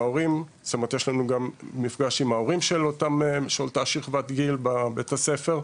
יש לנו גם מפגש עם ההורים של אותה שכבת גיל בבית הספר,